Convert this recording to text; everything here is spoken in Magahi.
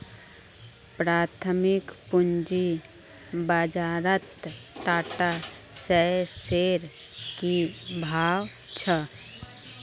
प्राथमिक पूंजी बाजारत टाटा शेयर्सेर की भाव छ